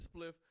spliff